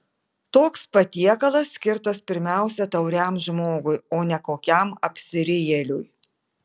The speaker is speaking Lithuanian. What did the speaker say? toks patiekalas skirtas pirmiausia tauriam žmogui o ne kokiam apsirijėliui